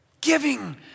Giving